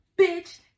bitch